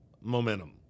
momentum